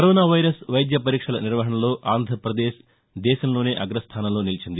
corona virus వైద్య పరీక్షల నిర్వహణలో ఆంధ్రప్రదేశ్ దేశంలోనే అగస్థానంలో నిలిచింది